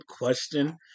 question